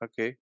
Okay